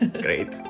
great